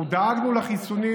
אנחנו דאגנו לחיסונים,